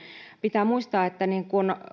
pitää muistaa että